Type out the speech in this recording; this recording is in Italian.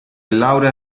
laura